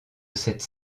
cette